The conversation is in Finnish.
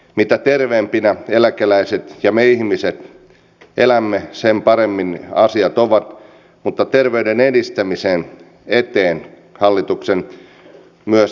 mitä terveempinä eläkeläiset ja me ihmiset elämme sen paremmin asiat ovat mutta terveyden edistämisen eteen hallitus myös tekee näitä kärkihankkeita